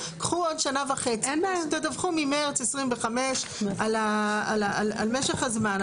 קחו עוד שנה וחצי ותדווחו ממרץ 25' על משך הזמן,